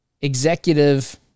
executive